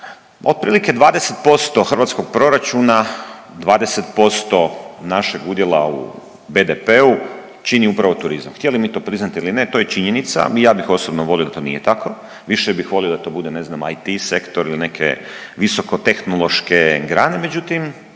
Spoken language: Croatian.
Otprilike 20% hrvatskog proračuna, 20% našeg udjela u BDP-u čini upravo turizam htjeli mi to priznati ili ne to je činjenica. Ja bih osobno volio da to nije tako. Više bih volio da to bude ne znam IT sektor ili neke visoko tehnološke grane, međutim